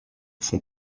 font